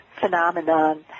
phenomenon